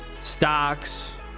stocks